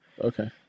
Okay